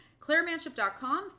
ClaireManship.com